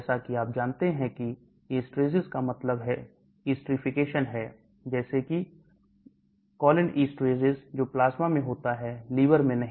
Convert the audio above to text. जैसा कि आप जानते हैं कि esterases का मतलब esterification है जैसे कि cholinesterases जो प्लाज्मा में होता है लीवर में नहीं